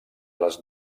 les